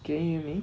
can you hear me